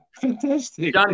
fantastic